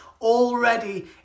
already